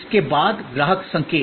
इसके बाद ग्राहक संकेत